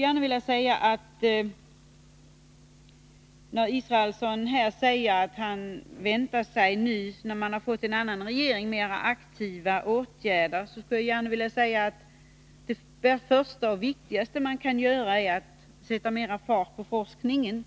När Per Israelsson här säger att han väntar sig mera aktiva åtgärder när man har fått en annan regering, så skulle jag gärna vilja framhålla att det första och viktigaste som man kan göra är att sätta mera fart på forskningen,